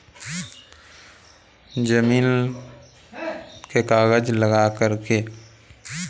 एक आदमी को लोन कैसे मिल सकता है?